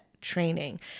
training